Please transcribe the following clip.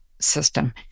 system